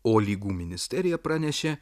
o lygų ministerija pranešė